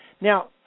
Now